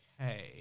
Okay